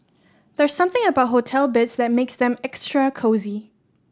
there's something about hotel beds that makes them extra cosy